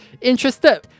Interested